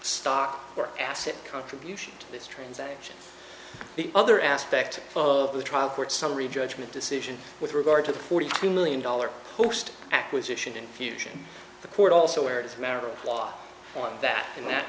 stock or asset contribution to this transaction the other aspect of the trial court summary judgment decision with regard to the forty two million dollars post acquisition infusion the court also where it's a matter of law on that and that